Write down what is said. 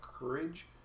courage